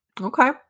Okay